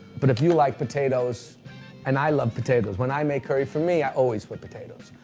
but if you like potatoes and i love potatoes. when i make curry for me, i always put potatoes.